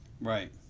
Right